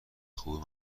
خوب